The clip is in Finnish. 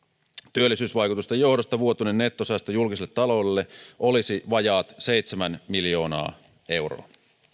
työllisyysvaikutusten johdosta vuotuinen nettosäästö julkiselle taloudelle olisi vajaat seitsemän miljoonaa euroa